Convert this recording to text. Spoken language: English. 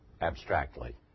abstractly